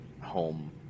home